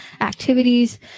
activities